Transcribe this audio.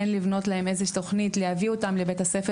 לבנות להם איזו שהיא תוכנית על מנת להביא אותם לבית הספר